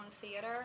theater